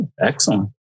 excellent